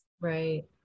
Right